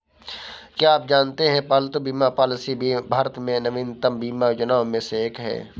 क्या आप जानते है पालतू बीमा पॉलिसी भारत में नवीनतम बीमा योजनाओं में से एक है?